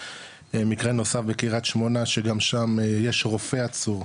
מקרה נוסף בקריית שמונה שגם שם יש רופא עצור,